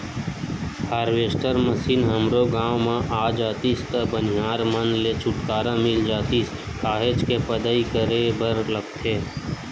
harvester machine हमरो गाँव म आ जातिस त बनिहार मन ले छुटकारा मिल जातिस काहेच के पदई करे बर लगथे